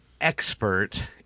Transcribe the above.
expert